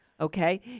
Okay